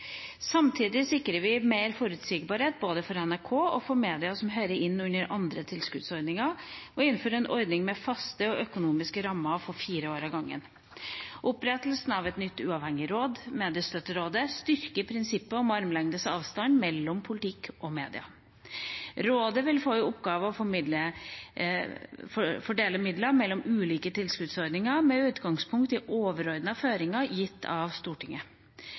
Samtidig sikrer vi mer forutsigbarhet, både for NRK og for media som hører inn under andre tilskuddsordninger, og innfører en ordning med faste økonomiske rammer for fire år av gangen. Opprettelsen av et nytt og uavhengig råd, Mediestøtterådet, styrker prinsippet om armlengdes avstand mellom politikk og media. Rådet vil få i oppgave å fordele midler mellom ulike tilskuddsordninger med utgangspunkt i overordnede føringer gitt av Stortinget.